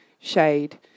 shade